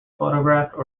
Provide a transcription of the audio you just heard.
photographed